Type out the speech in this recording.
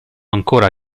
ancora